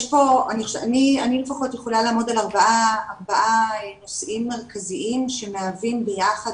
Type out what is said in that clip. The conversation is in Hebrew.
אני לפחות יכולה לעמוד על ארבעה נושאים מרכזיים שמהווים ביחד